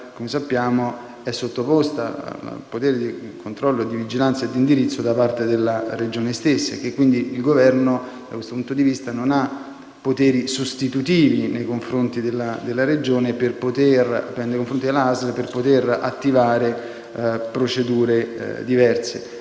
quindi, l'ASL è sottoposta a poteri di controllo, vigilanza e indirizzo da parte della Regione stessa e che il Governo, da questo punto di vista, non ha poteri sostitutivi nei confronti della Regione per poter attivare procedure diverse.